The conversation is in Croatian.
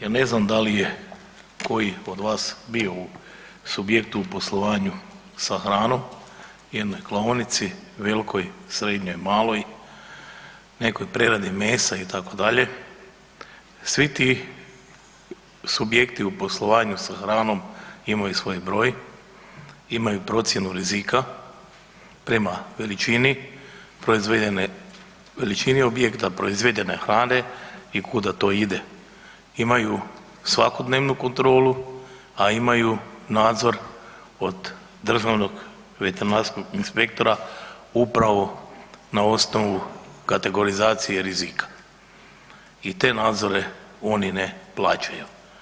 Ja ne znam da li je koji od vas bio u subjektu u poslovanju sa hranom u jednoj klaonici velikoj, srednjoj, maloj, nekoj preradi mesa itd. svi ti subjekti u poslovanju sa hranom imaju svoj broj, imaju procjenu rizika prema veličini, proizvedene, veličini objekta, proizvedene hrane i kuda to ide, imaju svakodnevnu kontrolu, a imaju nadzor od državnog veterinarskog inspektora upravo na osnovu kategorizacije rizika i te nadzore oni ne plaćaju.